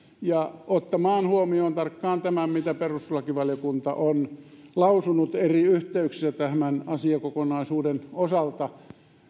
ja ottamaan tarkkaan huomioon tämän mitä perustuslakivaliokunta on lausunut eri yhteyksissä tämän asiakokonaisuuden osalta